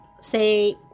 say